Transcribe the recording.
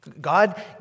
God